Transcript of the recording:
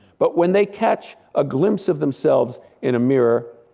but when they catch a glimpse of themselves in a mirror,